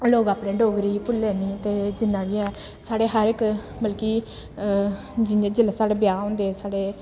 ओह् लोग अपनी डोगरी गी भुल्लन निं ते जिन्ना बी ऐ साढ़े हर इक बल्कि जि'यां जेल्लै साढ़े ब्याह् होंदे साढ़े